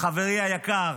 לחברי היקר,